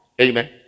Amen